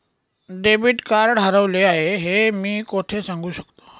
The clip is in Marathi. डेबिट कार्ड हरवले आहे हे मी कोठे सांगू शकतो?